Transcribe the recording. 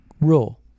rule